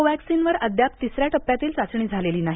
कोव्हॅक्सिनवर अद्याप तिसऱ्या टप्प्यातील चाचणी झालेली नाही